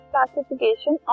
Classification